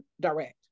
direct